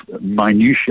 minutiae